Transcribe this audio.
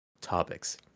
topics